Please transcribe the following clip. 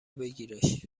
بگیرش